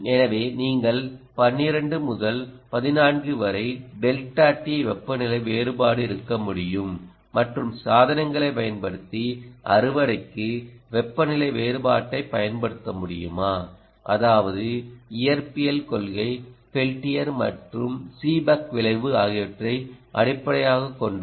எனவே நீங்கள் 12 முதல் 14 வரை ∆t வெப்பநிலை வேறுபாடு இருக்க முடியும் மற்றும் சாதனங்களைப் பயன்படுத்தி அறுவடைக்கு வெப்பநிலை வேறுபாட்டைப் பயன்படுத்த முடியுமா அதாவது இயற்பியல் கொள்கை பெல்டியர் மற்றும் சீபெக் விளைவு ஆகியவற்றை அடிப்படையாகக் கொண்டது